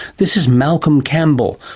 this is malcolm campbell,